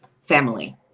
family